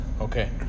Okay